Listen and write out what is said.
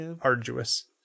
arduous